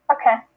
Okay